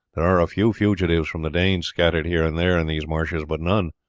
there are a few fugitives from the danes scattered here and there in these marshes, but none,